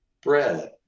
bread